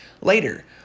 later